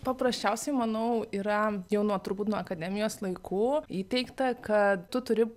paprasčiausiai manau yra jau nuo turbūt nuo akademijos laikų įteigta kad tu turi